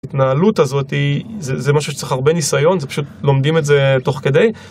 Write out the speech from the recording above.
ההתנהלות הזאת, זה משהו שצריך הרבה ניסיון, זה פשוט לומדים את זה תוך כדי.